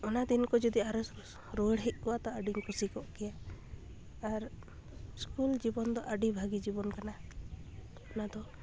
ᱚᱱᱟ ᱫᱤᱱ ᱠᱚ ᱡᱩᱫᱤ ᱟᱨᱚ ᱨᱩᱣᱟᱹᱲ ᱦᱮᱡ ᱠᱚᱜᱼᱟ ᱟᱹᱰᱤᱧ ᱠᱩᱥᱤᱠᱚᱜ ᱠᱮᱭᱟ ᱟᱨ ᱤᱥᱠᱩᱞ ᱡᱤᱵᱚᱱ ᱫᱚ ᱟᱹᱰᱤ ᱵᱷᱟᱜᱮ ᱡᱤᱵᱚᱱ ᱠᱟᱱᱟ ᱚᱱᱟ ᱫᱚ